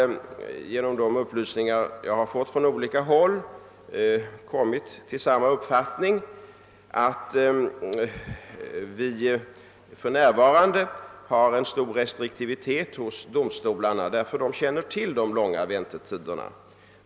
På grund av de upplysningar som jag har fått från olika håll har jag i varje fall fått den uppfattningen, att den stora restriktivitet som domstolarna för närvarande visar beror på att de känner till de långa väntetiderna.